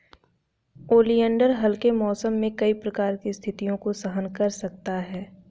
oleander हल्के मौसम में कई प्रकार की स्थितियों को सहन कर सकता है